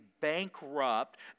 bankrupt